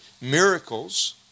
Miracles